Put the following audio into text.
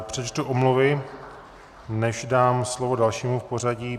Přečtu omluvy, než dám slovo dalšímu v pořadí.